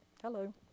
hello